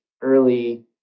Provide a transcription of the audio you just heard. early